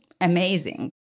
amazing